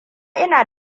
ina